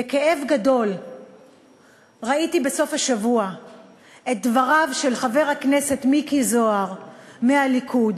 בכאב גדול ראיתי בסוף השבוע את דבריו של חבר הכנסת מיקי זוהר מהליכוד,